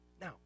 Now